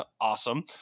awesome